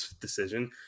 decision